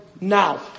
now